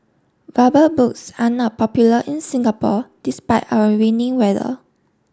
rubber boots are not popular in Singapore despite our rainy weather